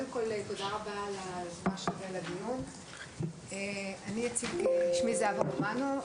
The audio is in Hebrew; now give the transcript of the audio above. תודה רבה על היוזמה שלכם לקיום הישיבה.